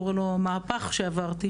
למהפך שעברתי.